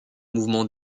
mouvement